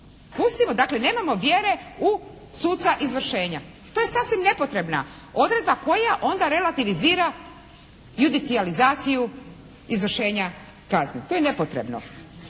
Pustimo, dakle nemamo vjere u suca izvršenja. To je sasvim nepotrebna odredba koja onda relativizira judicijalizaciju izvršenja kazne. To je nepotrebno.